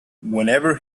whenever